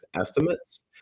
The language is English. estimates